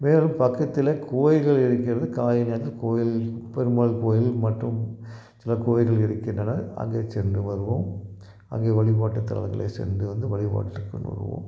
மேலும் பக்கத்தில் கோயில்கள் இருக்கிறது காலை நேரத்தில் கோயில் பெருமாள் கோயில் மற்றும் சில கோயில்கள் இருக்கின்றன அங்கேச் சென்று வருவோம் அங்கே வழிபாட்டுத்தலங்களுக்கு சென்று வந்து வழிபாடுப் பண்ணுவோம்